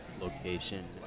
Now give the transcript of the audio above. location